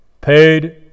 Paid